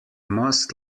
must